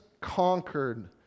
conquered